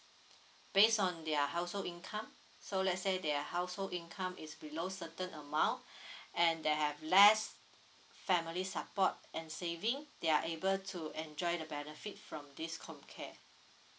based on their household income so let's say their household income is below certain amount and they have less family support and saving they are able to enjoy the benefit from this comcare